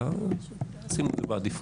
אלא שימו את זה בעדיפות,